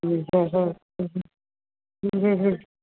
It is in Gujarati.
હં હંહં હંહં હં હં હં